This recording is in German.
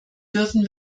dürfen